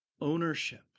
ownership